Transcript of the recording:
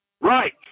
Right